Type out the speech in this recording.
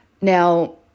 Now